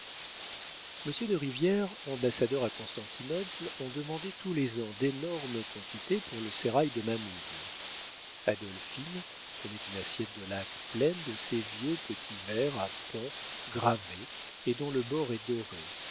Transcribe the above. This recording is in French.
m de rivière ambassadeur à constantinople en demandait tous les ans d'énormes quantités pour le sérail de mahmoud adolphine tenait une assiette de laque pleine de ces vieux petits verres à pans gravés et dont le bord est doré